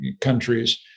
countries